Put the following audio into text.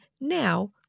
now